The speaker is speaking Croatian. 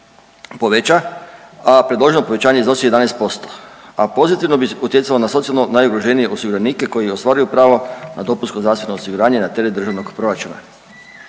a predloženo povećanje iznosi 11%, a pozitivno bi utjecalo na socijalno najugroženije osiguranike koji ostvaruju pravo na dopunsko zdravstveno osiguranje na teret državnog proračuna.